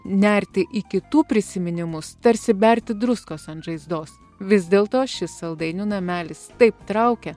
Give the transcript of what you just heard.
nerti į kitų prisiminimus tarsi berti druskos ant žaizdos vis dėl to šis saldainių namelis taip traukia